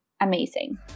amazing